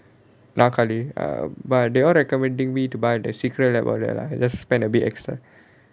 நாற்காலி:naarkaali ah but they all recommending me to buy the Secretlab all that lah I just spend a bit extra